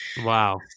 Wow